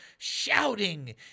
Shouting